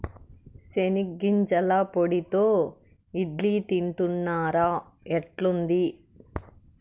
చెనిగ్గింజల పొడితో ఇడ్లీ తింటున్నారా, ఎట్లుంది